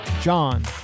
john